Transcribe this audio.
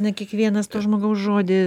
ne kiekvienas to žmogaus žodį